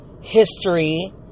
history